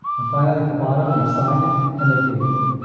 and finally, at the bottom, they've signed it and they've dated it.